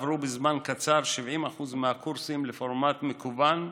עברו בזמן קצר 70% מהקורסים לפורמט מקוון,